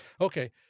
Okay